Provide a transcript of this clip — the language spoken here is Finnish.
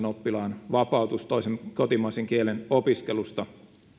oppilaan vapautus toisen kotimaisen kielen opiskelusta